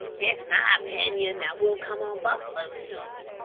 it's my pinion that we'll come on buffaloes soon.